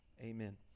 Amen